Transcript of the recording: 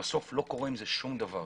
ובסוף לא קורה עם זה דבר,